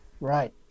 Right